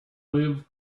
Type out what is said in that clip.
liv